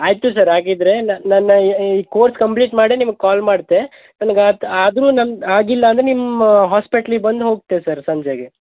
ಆಯಿತು ಸರ್ ಹಾಗಿದ್ರೆ ನನ್ನ ಈ ಕೋರ್ಸ್ ಕಂಪ್ಲೀಟ್ ಮಾಡೇ ನಿಮ್ಗೆ ಕಾಲ್ ಮಾಡ್ತೆ ನನ್ಗೆ ಆತ್ ಆದರೂ ನಂದು ಆಗಿಲ್ಲ ಅಂದ್ರೆ ನಿಮ್ಮ ಹಾಸ್ಪೆಟ್ಲಿಗೆ ಬಂದು ಹೋಗ್ತೆವೆ ಸರ್ ಸಂಜೆಗೆ